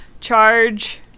charge